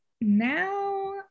now